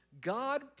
God